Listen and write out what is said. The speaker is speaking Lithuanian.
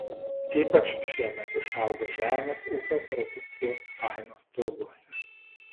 ypač šiemet išaugo žemės ūkio produkcijos kainos turguose